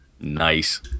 Nice